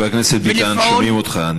חבר הכנסת ביטן, שומעים אותך.